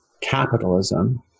capitalism